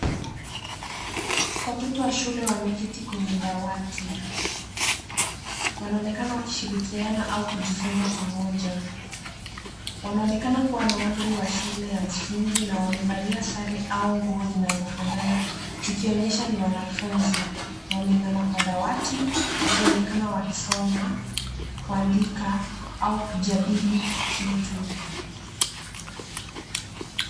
Watoto wa shule wameketi kwenye dawati. Wanaonekana wakishirikiana au kujifunza pamoja. Wanaonekana kuwa na umri wa shule ya msingi na wamevalia sare au nguo zinazofanana, zikionyesha ni wanafunzi. Wameinama kwa dawati wakionekana wakisoma, kuandika au kujadili kitu.